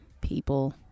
people